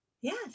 yes